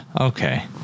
Okay